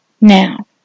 now